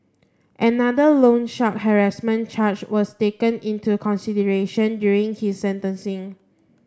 another loan shark harassment charge was taken into consideration during his sentencing